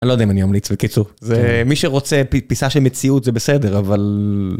אני לא יודע אם אני אמליץ בקיצור, זה מי שרוצה פיסה של מציאות זה בסדר, אבל...